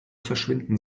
verschwinden